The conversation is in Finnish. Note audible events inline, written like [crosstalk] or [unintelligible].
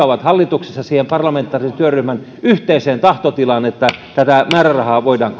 [unintelligible] ovat hallituksessa siihen parlamentaarisen työryhmän yhteiseen tahtotilaan että tätä määrärahaa voidaan [unintelligible]